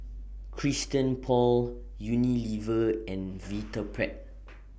Christian Paul Unilever and Vitapet